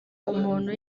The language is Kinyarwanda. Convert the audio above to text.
umuntu